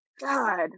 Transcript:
God